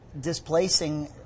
Displacing